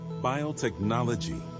biotechnology